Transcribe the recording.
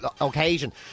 occasion